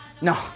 No